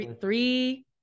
three